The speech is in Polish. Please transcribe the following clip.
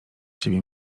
ciebie